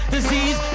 Disease